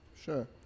sure